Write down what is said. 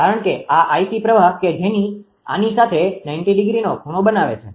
કારણ કે આ 𝐼𝑐 પ્રવાહ કે જે આની સાથે 90°નો ખૂણો બનાવે છે